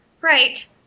right